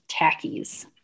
tackies